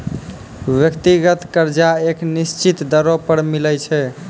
व्यक्तिगत कर्जा एक निसचीत दरों पर मिलै छै